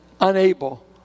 unable